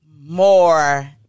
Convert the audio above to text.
more